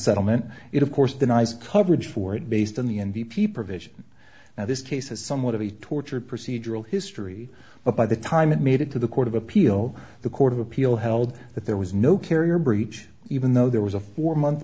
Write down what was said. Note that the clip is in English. settlement it of course denies coverage for it based on the m v p provision now this case is somewhat of a tortured procedural history but by the time it made it to the court of appeal the court of appeal held that there was no carrier breach even though there was a four month